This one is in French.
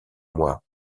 mois